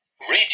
radio